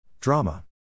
Drama